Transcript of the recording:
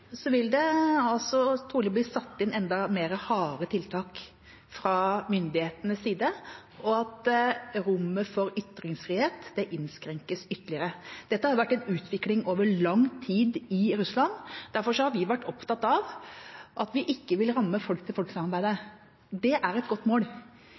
vil det trolig bli satt inn enda hardere tiltak fra myndighetenes side, og rommet for ytringsfrihet innskrenkes ytterligere. Dette har vært en utvikling over lang tid i Russland. Derfor har vi vært opptatt av at vi ikke vil ramme folk-til-folk-samarbeidet. Det er et godt mål,